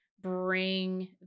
bring